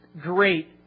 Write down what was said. great